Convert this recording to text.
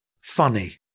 funny